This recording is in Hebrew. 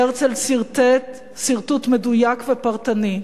הרצל סרטט סרטוט מדויק ופרטני: